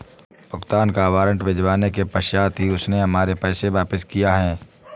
भुगतान का वारंट भिजवाने के पश्चात ही उसने हमारे पैसे वापिस किया हैं